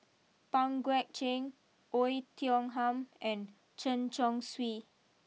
Pang Guek Cheng Oei Tiong Ham and Chen Chong Swee